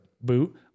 boot